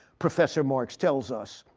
professor marks tells us.